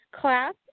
class